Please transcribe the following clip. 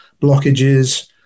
blockages